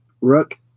Rook